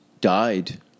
died